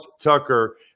Tucker